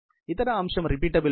ఇతర అంశం రిపీటబిలిటీ